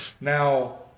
Now